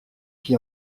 qui